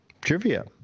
trivia